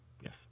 yes